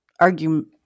argument